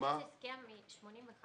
לפי ההסכם מ-1985,